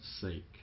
sake